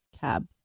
cab